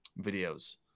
videos